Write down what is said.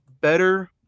better